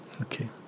Okay